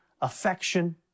affection